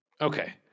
Okay